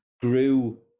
grew